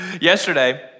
yesterday